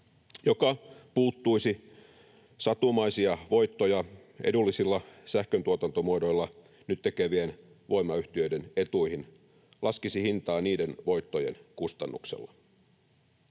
joka puuttuisi satumaisia voittoja edullisilla sähköntuotantomuodoilla nyt tekevien voimayhtiöiden etuihin, laskisi hintaa niiden voittojen kustannuksella.